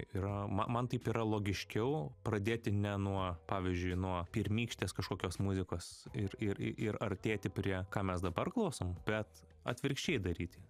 yra ma man taip yra logiškiau pradėti ne nuo pavyzdžiui nuo pirmykštės kažkokios muzikos ir ir ir artėti prie ką mes dabar klausom bet atvirkščiai daryti